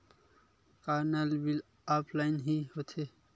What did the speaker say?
का नल bill offline हि होथे?